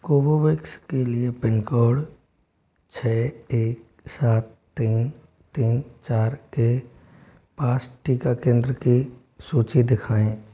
Covovax के लिए pincode छः एक सात तीन तीन चार के पास टीका केंद्र की सूची दिखाएँ